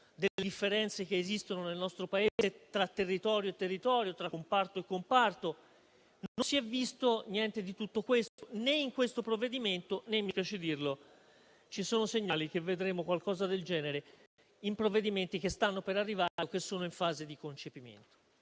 delle differenze esistenti nel nostro Paese, tra territorio e territorio, tra comparto e comparto. Non si è visto nulla di tutto questo in questo provvedimento, né - mi spiace dirlo - vi sono segnali che vedremo qualcosa del genere in provvedimenti che stanno per arrivare o che sono in fase di concepimento.